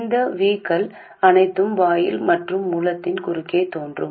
இந்த V கள் அனைத்தும் வாயில் மற்றும் மூலத்தின் குறுக்கே தோன்றும்